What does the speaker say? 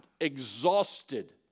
exhausted